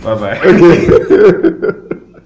bye-bye